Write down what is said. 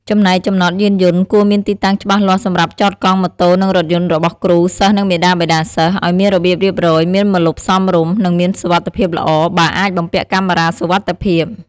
ចំណែក ចំណតយានយន្ត គួរមានទីតាំងច្បាស់លាស់សម្រាប់ចតកង់ ម៉ូតូ និងរថយន្តរបស់គ្រូ សិស្ស និងមាតាបិតាសិស្ស ឲ្យមានរបៀបរៀបរយ មានម្លប់សមរម្យ និងមានសុវត្ថិភាពល្អ បើអាចបំពាក់កាមេរ៉ាសុវត្ថិភាព។